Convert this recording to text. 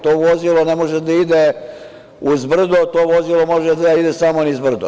To vozilo ne može da ide uz brdo, to vozilo može da ide samo niz brdo.